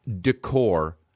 decor